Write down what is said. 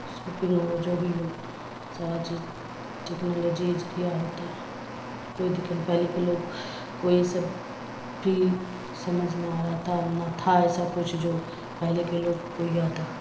shopping ہو جو بھی ہو سارا چیز ٹکنالوجی ذریعہ ہوتا ہے کوئی دن پہلے کے لوگ کوئی سب بھی سمجھ نہ آ رہا تھا نہ تھا ایسا کچھ جو پہلے کے لوگ کوئی یا تھا